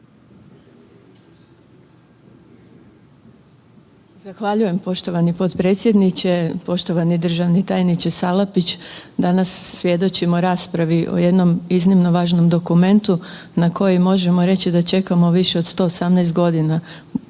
Zahvaljujem poštovani potpredsjedniče. Poštovani državni tajniče Salapić, danas svjedočimo raspravi o jednom iznimno važnom dokumentu na koji možemo reći da čekamo više od 118 godina